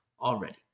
already